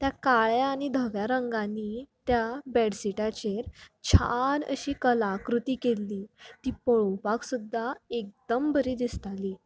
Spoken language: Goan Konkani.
त्या काळ्या आनी धव्या रंगानी त्या बेडशिटाचेर छान अशी कलाकृती केल्ली ती पळोवपाक सुद्दां एकदम बरी दिसताली